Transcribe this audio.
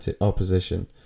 opposition